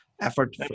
effort